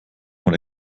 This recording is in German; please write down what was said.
von